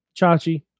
chachi